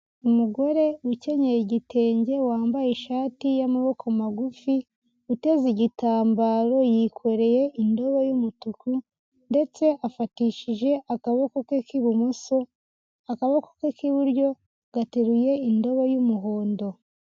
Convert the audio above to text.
Umugore ukenyeye igitenge, wambaye ishati y'amaboko magufi, uteze igitambaro, yikoreye indobo y'umutuku ndetse afatishije akaboko ke k'ibumoso, akaboko ke k'iburyo gateruye indobo y'umuhondo.